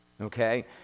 okay